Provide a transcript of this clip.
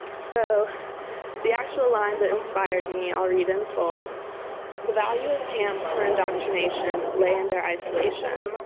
so the actual line that inspired me i'll read in full the value of camps for indoctrination lay in their isolation,